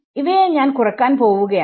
ഇവയെ ഞാൻ കുറക്കാൻ പോവുകയാണ്